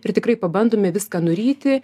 ir tikrai pabandome viską nuryti